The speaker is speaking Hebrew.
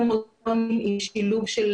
שילוב של